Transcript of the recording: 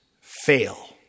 fail